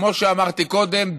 כמו שאמרתי קודם,